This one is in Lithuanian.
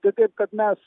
tai taip kad mes